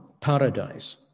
paradise